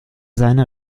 seine